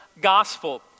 gospel